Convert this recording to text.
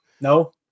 no